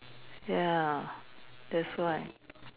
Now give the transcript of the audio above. ya that's why